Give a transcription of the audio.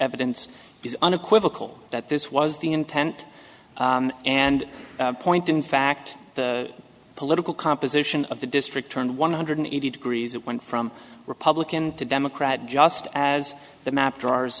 evidence is unequivocal that this was the intent and point in fact the political composition of the district turned one hundred eighty degrees it went from republican to democrat just as the map drawers